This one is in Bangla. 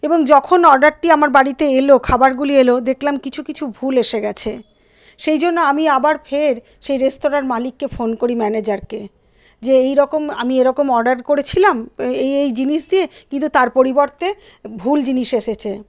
এবং যখন অর্ডারটি আমার বাড়িতে এলো খাবারগুলি এলো দেখলাম কিছু কিছু ভুল এসে গেছে সেই জন্য আমি আবার ফের সেই রেস্তোরাঁর মালিককে ফোন করি ম্যানেজারকে যে এইরকম আমি এরকম অর্ডার করেছিলাম এই এই জিনিস দিয়ে কিন্তু তার পরিবর্তে ভুল জিনিস এসেছে